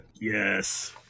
Yes